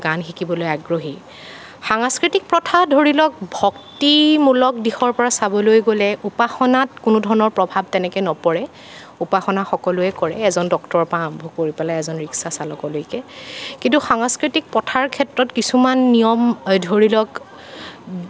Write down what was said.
গান শিকিবলৈ আগ্ৰহী সাংস্কৃতিক প্ৰথা ধৰি লওক ভক্তিমূলক দিশৰ পৰা চাবলৈ গ'লে উপাসনাত কোনোধৰণৰ প্ৰভাৱ তেনেকে নপৰে উপাসনা সকলোৱে কৰে এজন ডক্টৰৰ পৰা আৰম্ভ কৰি পেলাই এজন ৰিক্সাচালকলৈকে কিন্তু সাংস্কৃতিক প্ৰথাৰ ক্ষেত্ৰত কিছুমান নিয়ম ধৰি লওক